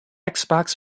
xbox